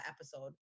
episode